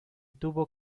tuvo